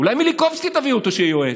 אולי מיליקובסקי, תביאו אותו שיהיה יועץ,